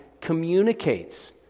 communicates